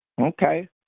Okay